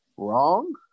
wrong